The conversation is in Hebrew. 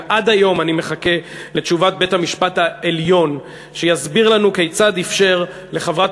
ועד היום אני מחכה לתשובת בית-המשפט העליון שיסביר לנו כיצד אפשר לחברת